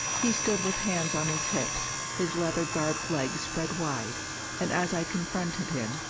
he stood with hands on his hips, his leather-garbed legs spread wide and as i confronted him,